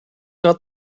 not